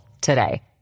today